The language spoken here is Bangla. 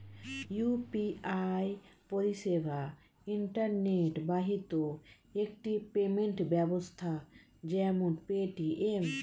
ইউ.পি.আই পরিষেবা ইন্টারনেট বাহিত একটি পেমেন্ট ব্যবস্থা যেমন পেটিএম